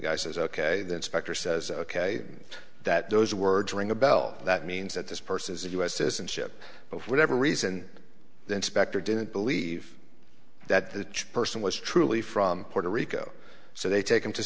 guy says ok the inspector says ok that those words ring a bell that means that this person is a u s citizenship but for whatever reason the inspector didn't believe that the person was truly from puerto rico so they take him to